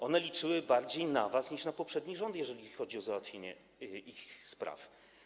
One liczyły bardziej na was niż na poprzedni rząd, jeżeli chodzi o załatwienie ich spraw.